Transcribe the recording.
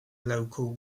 local